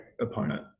opponent